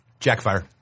Jackfire